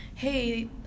hey